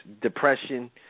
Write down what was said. depression